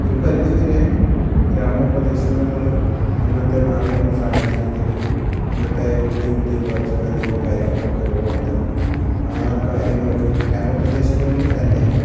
ഒരു പരിധിവരെ ഗ്രാമപ്രദേശങ്ങളിൽ ഇന്നത്തെ മാറി വന്ന സാഹചര്യത്തിൽ ഇന്നത്തെ പുതിയ പുതിയ പകർച്ച വ്യാധികളും കാര്യങ്ങളൊക്കെ ഉള്ളയിടത്ത് ആ കാര്യങ്ങളൊക്കെ ഗ്രാമപ്രദേശങ്ങളിൽ തന്നെ